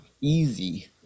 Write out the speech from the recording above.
easy